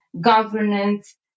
governance